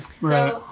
right